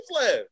left